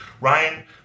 Ryan